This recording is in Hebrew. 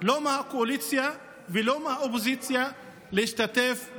לא מהקואליציה ולא מהאופוזיציה, להשתתף.